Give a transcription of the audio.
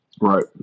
Right